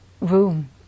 room